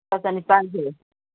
ꯂꯨꯄꯥ ꯆꯅꯤꯄꯥꯜ ꯄꯤꯌꯦ